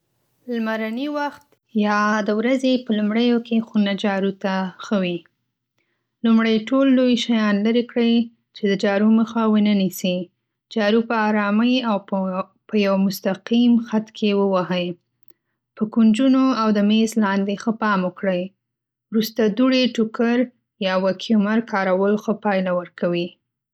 لمرني وخت یا د ورځې په لومړیو کې خونه جارو ته ښه وي. لومړی ټول لوی شیان لرې کړئ چې د جارو مخه ونه نیسي. جارو په آرامۍ او په یو مستقیم خط کې ووهئ. په کونجونو او د مېز لاندې ښه پام وکړئ. وروسته دوړې ټوکر یا وکیمر کارول ښه پایله ورکوي.